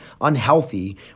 unhealthy